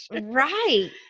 Right